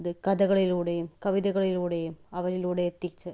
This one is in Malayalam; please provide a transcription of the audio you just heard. ഇത് കഥകളിലൂടെയും കവിതകളിലൂടെയും അവരിലൂടെ എത്തിച്ച്